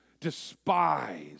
despise